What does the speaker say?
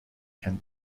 can